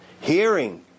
hearing